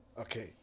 Okay